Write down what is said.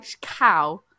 cow